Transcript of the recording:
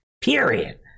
Period